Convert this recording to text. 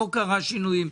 פה קרו שינויים,